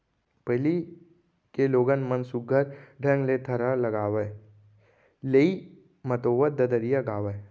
पहिली के लोगन मन सुग्घर ढंग ले थरहा लगावय, लेइ मतोवत ददरिया गावयँ